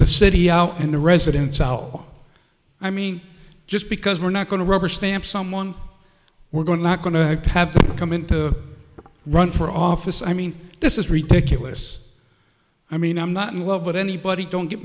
the city and the residents al i mean just because we're not going to rubber stamp someone we're going to not going to have to come in to run for office i mean this is ridiculous i mean i'm not in love with anybody don't get